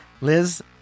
Liz